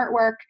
artwork